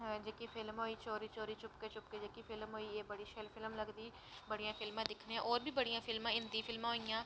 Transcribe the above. जेह्की फिल्म होई चोरी चोरी चुपके चुपके जेह्की फिल्म होई एह् बड़ा शैल फिल्म लगदी बड़ियां शैल फिल्मां दिक्खने आं होर बी बड़ियां फिल्मां हिन्दी फिल्मां होइयां